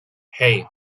hey